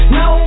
no